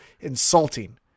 insulting